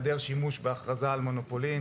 היעדר שימוש בהכרזה על מונופולין.